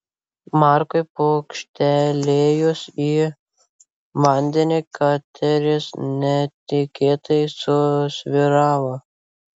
markui pūkštelėjus į vandenį kateris netikėtai susvyravo